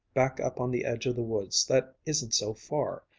back up on the edge of the woods that isn't so far.